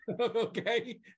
Okay